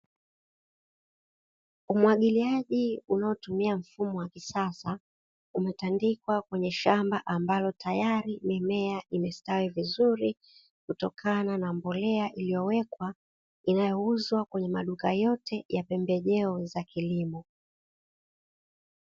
Umwagiliaji unaotumia mfumo wa kisasa, umetandikwa kwenye shamba ambalo tayari mimea imestawi vizuri, kutokana na mbolea iliyowekwa. Inayouzwa kwenye maduka yote ya pembejeo za kilimo.